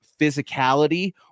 physicality